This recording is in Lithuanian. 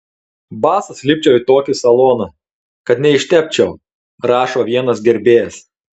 basas lipčiau į tokį saloną kad neištepčiau rašo vienas gerbėjas